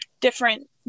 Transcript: different